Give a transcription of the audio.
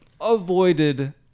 avoided